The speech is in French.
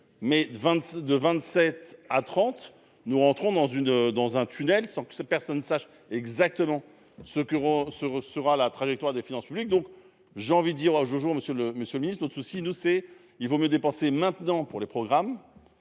mai 22. 27 à 30, nous rentrons dans une, dans un tunnel sans que personne ne sache exactement ce qu'. Ce sera la trajectoire des finances publiques. Donc j'ai envie dire à Jojo monsieur, le monsieur le ministre, d'autres soucis, nous c'est, il vaut mieux dépenser maintenant pour les programmes.